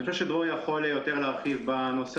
אני חושב שדרור יכול יותר להרחיב בנושא